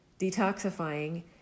detoxifying